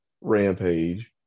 Rampage